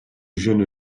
jeunes